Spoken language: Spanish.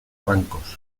bancos